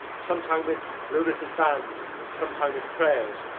sometime with lunatic bans, sometime with prayers,